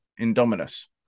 Indominus